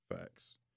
Facts